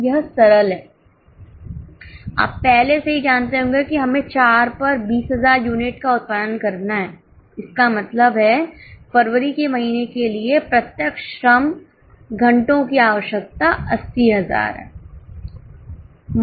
यह सरल है आप पहले से ही जानते होंगे कि हमें 4 पर 20000 यूनिट का उत्पादन करना है इसका मतलब है फरवरी के महीने के लिए प्रत्यक्ष श्रम घंटों की आवश्यकता 80000 है